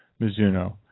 Mizuno